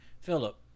Philip